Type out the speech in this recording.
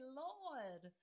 lord